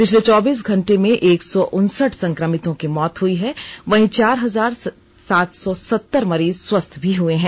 पिछले चौबीस घंटे में एक सौ उनसठ संकमितों की मौत हुई है वहीं चार हजार सात सौ सत्तर मरीज स्वस्थ भी हुए हैं